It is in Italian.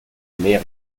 america